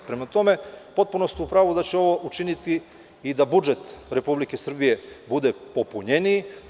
Prema tome, potpuno ste u pravu da će ovo učiniti i da budžet Republike Srbije bude popunjeniji.